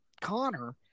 connor